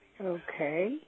Okay